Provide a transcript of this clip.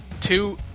Two